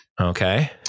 Okay